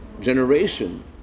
generation